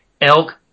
elk